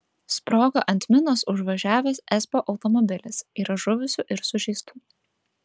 sprogo ant minos užvažiavęs esbo automobilis yra žuvusių ir sužeistų